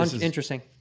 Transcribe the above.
Interesting